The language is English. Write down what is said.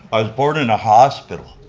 i was born in a hospital,